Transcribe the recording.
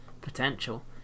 Potential